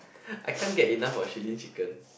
I can't get enough of Shilin Chicken